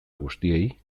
guztiei